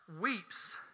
weeps